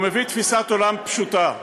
הוא מביא תפיסת עולם פשוטה,